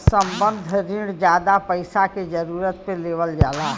संबंद्ध रिण जादा पइसा के जरूरत पे लेवल जाला